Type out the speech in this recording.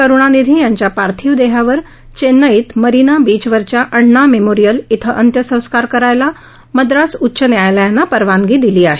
करुणानिधी यांच्या पार्थिव देहावर चेन्नईत मरिना बीचवरच्या अण्णा मेमोरियल इथं अंत्यसंस्कार करायला मद्रास उच्च न्यायालयानं परवानगी दिली आहे